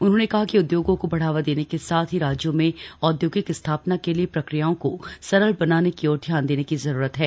उन्होंने कहा कि उदयोगों को बढ़ावा देने के साथ ही राज्यों में औदयोगिक स्थापना के लिए प्रक्रियाओं को सरल बनाने की ओर ध्यान देने की जरूरत है